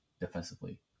defensively